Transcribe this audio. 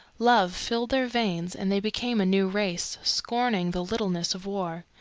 love filled their veins and they became a new race, scorning the littleness of war.